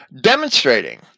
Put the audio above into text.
Demonstrating